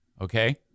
Okay